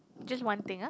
just one thing ah